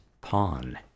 Pawn